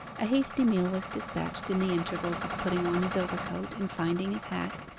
a hasty meal was despatched in the intervals of putting on his overcoat and finding his hat,